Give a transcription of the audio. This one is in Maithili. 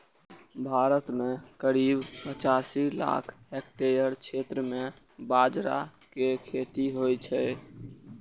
भारत मे करीब पचासी लाख हेक्टेयर क्षेत्र मे बाजरा के खेती होइ छै